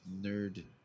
nerd